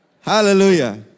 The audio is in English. Hallelujah